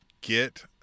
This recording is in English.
get